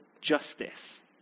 justice